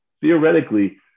theoretically